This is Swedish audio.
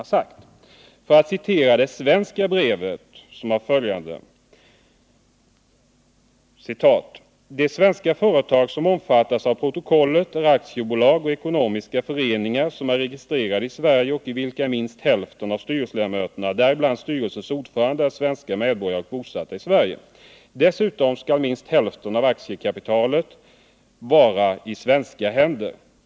Låt mig sedan citera det svenska brevet: ”De svenska företag som omfattas av protokollet är aktiebolag och ekonomiska föreningar som är registrerade i Sverige och i vilka minst hälften av styrelseledamöterna, däribland styrelsens ordförande, är svenska medborgare och bosatta i Sverige. Dessutom skall minst hälften av aktiekapitalet vara i svenska händer.